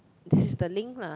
this is the link lah